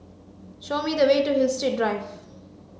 show me the way to Hillside Drive